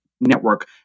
network